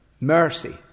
Mercy